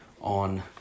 on